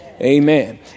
Amen